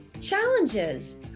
challenges